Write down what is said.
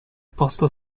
postal